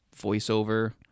voiceover